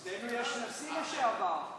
אצלנו יש נשיא לשעבר.